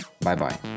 bye-bye